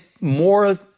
more